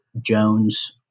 Jones